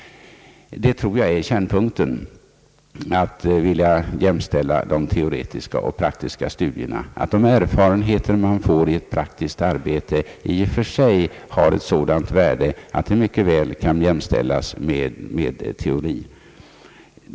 Att jämställa de teoretiska och de praktiska studierna tror jag är kärnpunkten. De erfarenheter man får i ett praktiskt arbete har ett sådant värde att det mycket väl kan jämställas med teoretiska studier.